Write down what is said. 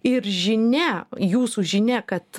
ir žinia jūsų žinia kad